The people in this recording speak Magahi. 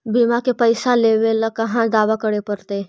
बिमा के पैसा लेबे ल कहा दावा करे पड़तै?